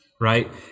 right